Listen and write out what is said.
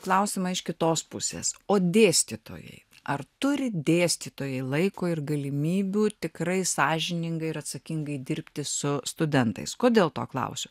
klausimą iš kitos pusės o dėstytojai ar turi dėstytojai laiko ir galimybių tikrai sąžiningai ir atsakingai dirbti su studentais kodėl to klausiu